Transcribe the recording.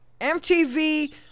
MTV